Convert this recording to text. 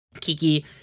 Kiki